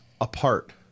apart